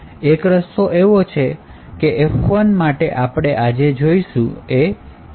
એક રસ્તો એવો છે કે જે F ૧ માટે આપણે આજે જોઈશું એ છે system function